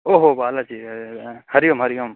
ओहो बालाजी हरिः ओम् हरिः ओम्